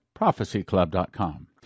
prophecyclub.com